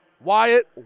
Wyatt